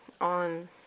on